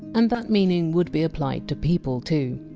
and that meaning would be applied to people too,